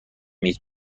میز